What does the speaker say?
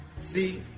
see